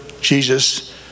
Jesus